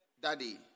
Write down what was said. Daddy